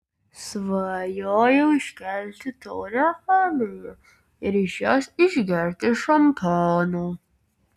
svajojau iškelti taurę halėje ir iš jos išgerti šampano